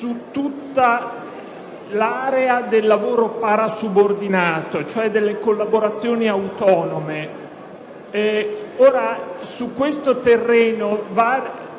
per tutta l'area del lavoro parasubordinato, cioè delle collaborazioni autonome continuative. Su questo terreno